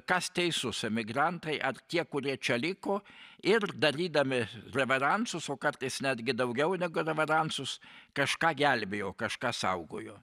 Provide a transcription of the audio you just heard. kas teisus emigrantai ar tie kurie čia liko ir darydami reveransus o kartais netgi daugiau negu reveransus kažką gelbėjo kažką saugojo